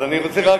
אז אני רוצה רק,